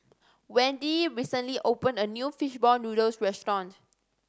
Wende recently opened a new fish ball noodles restaurant